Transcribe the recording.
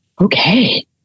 Okay